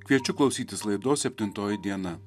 kviečiu klausytis laidos septintoji diena